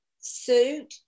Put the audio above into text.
suit